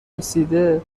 رسیده